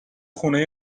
خونه